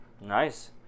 Nice